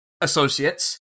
associates